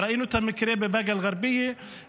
וראינו את המקרה בבאקה אל גרביה.